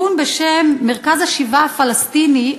ארגון בשם "מרכז השיבה הפלסטיני",